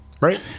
Right